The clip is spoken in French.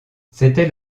c’était